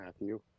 Matthew